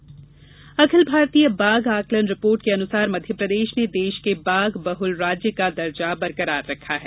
बाघ अखिल भारतीय बाघ आकलन रिपोर्ट के अनुसार मध्य प्रदेश ने देश के बाघ बहल राज्य का दर्जा बरकरार रखा है